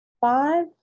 five